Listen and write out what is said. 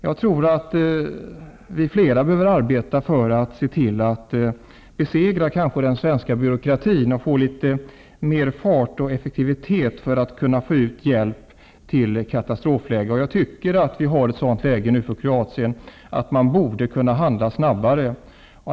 Jag tror att kanske flera bör arbeta för att be segra den svenska byråkratin och få litet mera fart och effektivitet när det gäller att få ut hjälp i katastroflägen. Jag tycker att det nu är ett sådant läge i Kroatien att man borde handla snabbare.